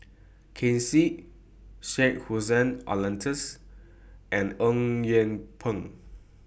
Ken Seet Syed Hussein Alatas and Eng Yee Peng